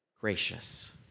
gracious